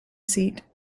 seat